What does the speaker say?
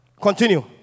Continue